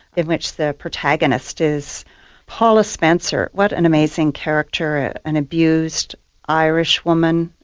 in which the protagonist is paula spencer, what an amazing character, ah an abused irish woman,